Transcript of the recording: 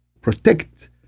Protect